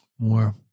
more